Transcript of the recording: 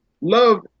love